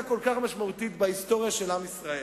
כל כך משמעותית בהיסטוריה של עם ישראל,